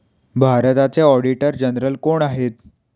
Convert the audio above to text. भारताचे auditor general कोण आहेत?